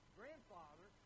grandfather